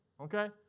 Okay